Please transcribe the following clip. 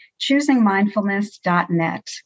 choosingmindfulness.net